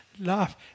laugh